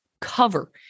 cover